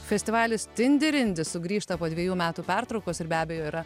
festivalis tindi rindi sugrįžta po dviejų metų pertraukos ir be abejo yra